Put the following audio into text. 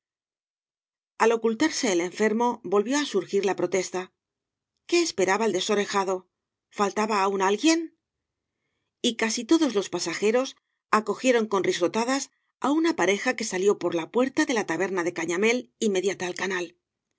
al ocultarse el enfermo volvió á surgir la protesta qué esperaba el desorejado faltaba aún alguien y casi todos los pasajeros acogieron con risotadas á una pareja que salió por la puerta de la taberna de cañamél inmediata al canal